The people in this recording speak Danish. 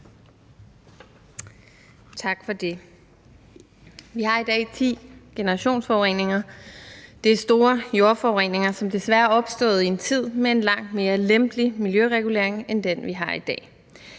Tak for det. Vi har i dag 10 generationsforureninger. Det er store jordforureninger, som desværre er opstået i en tid med en langt mere lempelig miljøregulering end den, vi har i dag.